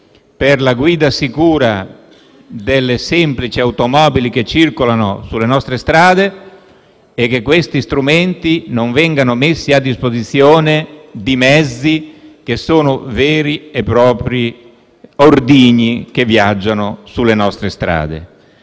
per la guida sicura delle semplici automobili che circolano sulle nostre strade e che questi strumenti non vengano messi a disposizione di mezzi che sono veri e propri ordigni in viaggio. Su questo siamo